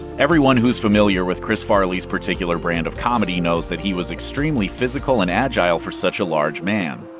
everyone who's familiar with chris farley's particular brand of comedy knows that he was extremely physical and agile for such a large man.